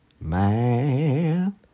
Man